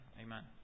Amen